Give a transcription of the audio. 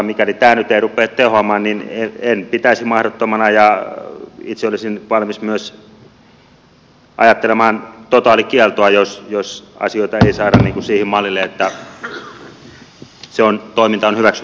mikäli tämä nyt ei rupea tehoamaan niin en pitäisi mahdottomana ja itse olisin valmis myös ajattelemaan totaalikieltoa jos asioita ei saada sille mallille että se toiminta on hyväksyttävää